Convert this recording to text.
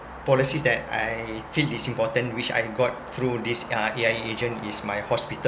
policies that I feel is important which I got through these uh A_I_A agent is my hospital